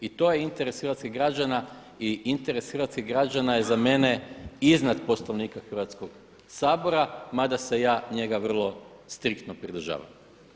I to je interes hrvatskih građana i interes hrvatskih građana je za mene iznad Poslovnika Hrvatskog sabora mada se ja njega vrlo striktno pridržavam.